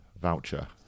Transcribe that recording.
voucher